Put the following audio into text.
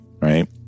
right